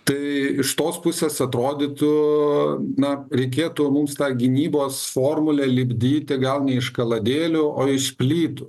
tai iš tos pusės atrodytų na reikėtų mums tą gynybos formulę lipdyti gal ne iš kaladėlių o iš plytų